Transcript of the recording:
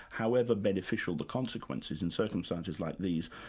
however beneficial the consequences in circumstances like these,